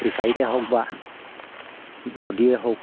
ফিচাৰীতে হওক বা নদীয়ে হওক